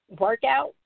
workout